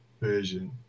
version